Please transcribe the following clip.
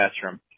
classroom